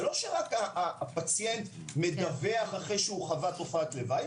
זה לא רק שהפציינט מדווח אחרי שהוא חווה תופעת לוואי.